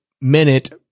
minute